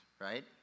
right